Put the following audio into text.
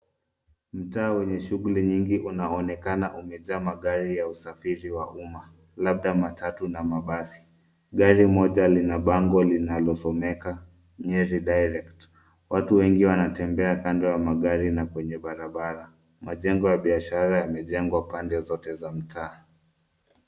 Mtaa wenye shughuli nyingi unaonekana umejaa magari ya usafiri wa umma, labda matatu na mabasi. Gari moja lina bango linalosomeka, Nyeri Direct. Watu wengi wanatembea kando ya magari na kwenye barabara. Majengo ya biashara yamejengwa pande zote za mtaa.